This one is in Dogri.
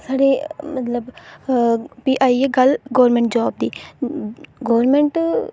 ते साढ़े मतलब भी आई गल्ल गौरमेंट जॉब दी गौरमेंट